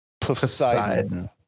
Poseidon